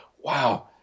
wow